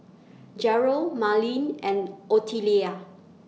Jerrell Marleen and Ottilia